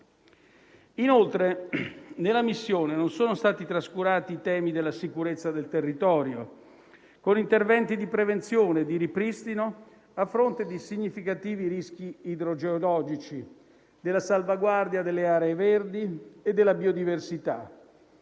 Inoltre, nella missione non sono stati trascurati i temi della sicurezza del territorio, con interventi di prevenzione e di ripristino a fronte di significativi rischi idrogeologici, della salvaguardia delle aree verdi e della biodiversità,